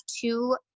two